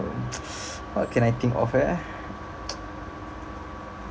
what can I think of eh